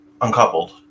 Uncoupled